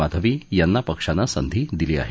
माधवी यांना पक्षानं संधी दिली आहे